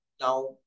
now